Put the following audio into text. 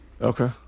Okay